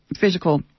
physical